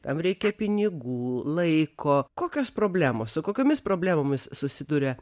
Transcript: tam reikia pinigų laiko kokios problemos su kokiomis problemomis susiduria